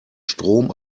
strom